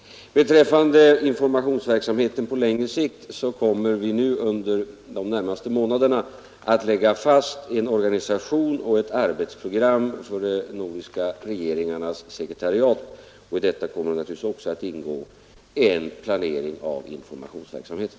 Beträffande informationsverksamheten på längre sikt så kommer vi nu under de närmaste månaderna att lägga fast en organisation och ett arbetsprogram för de nordiska regeringarnas sekretariat. I detta kommer naturligtvis också att ingå en planering av informationsverksamheten,